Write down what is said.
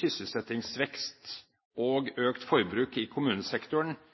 sysselsettingsvekst og